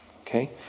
Okay